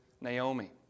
Naomi